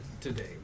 today